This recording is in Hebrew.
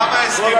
ההסכם